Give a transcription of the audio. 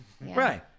Right